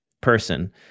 person